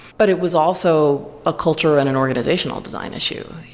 but it was also a culture and an organizational design issue.